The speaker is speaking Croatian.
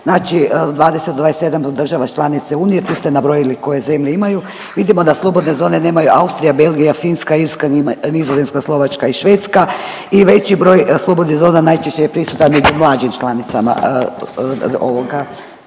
znači 20 … 27 država članica Unije tu ste nabrojili koje zemlje imaju vidimo da slobodne zone nemaju Austrije, Belgija, Finska, Irska, Nizozemska, Slovačka i Švedska i veći broj slobodnih zona najčešće je prisutan u mlađim članicama država.